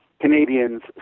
Canadians